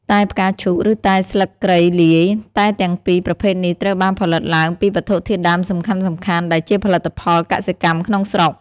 តែផ្កាឈូក ឬតែស្លឹកគ្រៃលាយ តែទាំងពីរប្រភេទនេះត្រូវបានផលិតឡើងពីវត្ថុធាតុដើមសំខាន់ៗដែលជាផលិតផលកសិកម្មក្នុងស្រុក។